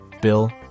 Bill